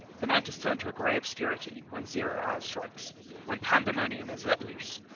the night has turned to a gray obscurity when zero hour strikes when pandemonium is let loose.